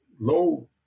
low